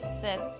set